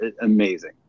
amazing